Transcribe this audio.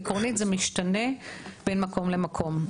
עקרונית זה משתנה בין מקום למקום.